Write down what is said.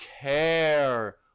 care